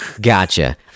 Gotcha